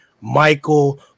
Michael